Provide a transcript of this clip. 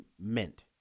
meant